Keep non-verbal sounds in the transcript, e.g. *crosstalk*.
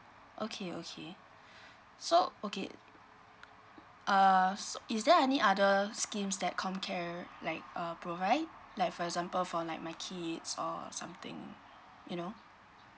okay okay *breath* so okay err so is there any other schemes that comcare like uh provide like for example for like my kids or something you know